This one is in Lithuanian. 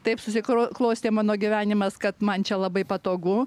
taip susikro klostė mano gyvenimas kad man čia labai patogu